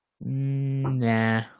Nah